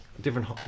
different